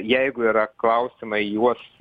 jeigu yra klausimai juos